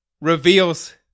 reveals